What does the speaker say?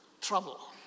trouble